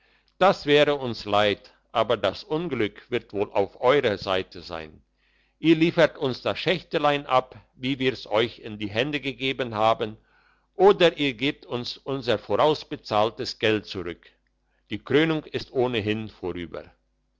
das wäre uns leid aber das unglück wird wohl auf eurer seite sein ihr liefert uns das schächtelein ab wie wir's euch in die hände gegeben haben oder ihr gebt uns unser vorausbezahltes geld zurück die krönung ist ohnehin vorüber